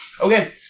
Okay